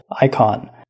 icon